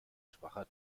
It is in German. schwacher